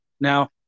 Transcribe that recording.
Now